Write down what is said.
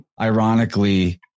ironically